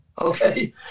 okay